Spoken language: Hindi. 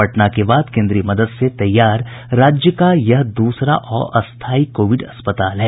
पटना के बाद केंद्रीय मदद से तैयार राज्य का यह दूसरा अस्थायी कोविड अस्पताल है